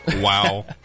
Wow